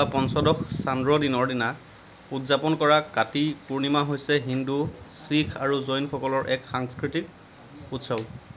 বা পঞ্চদশ চান্দ্ৰ দিনৰ দিনা উদযাপন কৰা কাতি পূৰ্ণিমা হৈছে হিন্দু শিখ আৰু জৈনসকলৰ এক সাংস্কৃতিক উৎসৱ